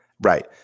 Right